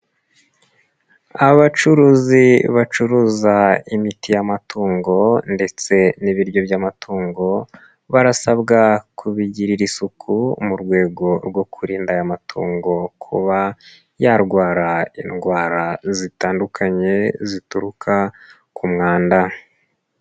Abacuruzi bacuruza imiti y'amatungo ndetse n'ibiryo by'amatungo, barasabwa kubigirira isuku mu rwego rwo kurinda aya matungo kuba yarwara indwara zitandukanye zituruka ku mwanda.